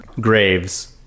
graves